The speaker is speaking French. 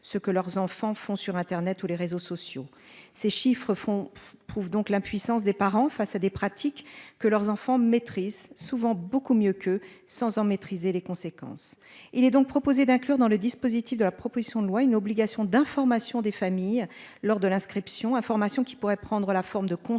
ce que leurs enfants font sur Internet ou les réseaux sociaux. Ces chiffres font prouve donc l'impuissance des parents face à des pratiques que leurs enfants maîtrisent souvent beaucoup mieux que sans en maîtriser les conséquences. Il est donc proposé d'inclure dans le dispositif de la proposition de loi, une obligation d'information des familles lors de l'inscription, information qui pourrait prendre la forme de conseils